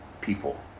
people